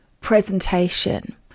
presentation